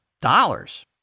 dollars